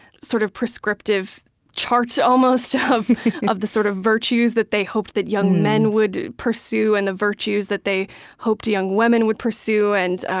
sort of prescriptive charts, almost, of of the sort of virtues that they hoped that young men would pursue and the virtues that they hoped young women would pursue. and ah